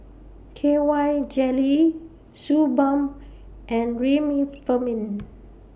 K Y Jelly Suu Balm and Remifemin